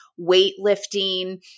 weightlifting